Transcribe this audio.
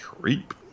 Creep